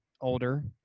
older